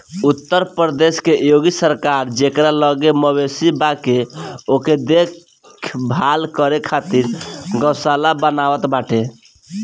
उत्तर प्रदेश के योगी सरकार जेकरा लगे मवेशी बावे ओके देख भाल करे खातिर गौशाला बनवावत बाटे